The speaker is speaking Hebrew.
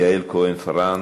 יעל כהן-פארן,